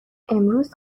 امروز